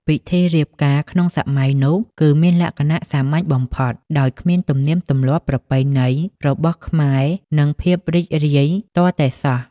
ពិធីរៀបការក្នុងសម័យនោះគឺមានលក្ខណៈសាមញ្ញបំផុត ហើយគ្មានទំនៀមទម្លាប់ប្រពៃណីរបស់ខ្មែរនិងភាពរីករាយទាល់តែសោះ។